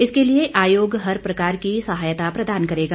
इसके लिए आयोग हर प्रकार की सहायता प्रदान करेगा